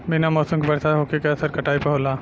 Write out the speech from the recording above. बिना मौसम के बरसात होखे के असर काटई पर होला